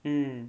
mm